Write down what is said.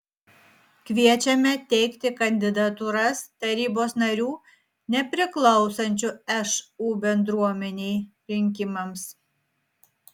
kviečiame teikti kandidatūras tarybos narių nepriklausančių šu bendruomenei rinkimams